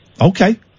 Okay